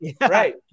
Right